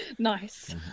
nice